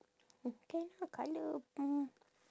can ah colour mm